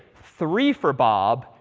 three for bob.